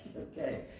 okay